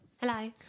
hello